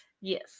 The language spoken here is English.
Yes